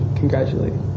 congratulate